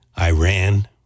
Iran